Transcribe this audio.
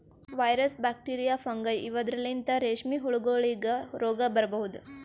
virus, bacteria, fungi ಇವದ್ರಲಿಂತ್ ರೇಶ್ಮಿ ಹುಳಗೋಲಿಗ್ ರೋಗ್ ಬರಬಹುದ್